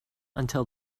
until